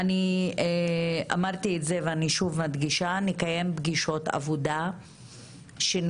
אני אמרתי את זה ואני שוב מדגישה שנקיים פגישות עבודה שבהן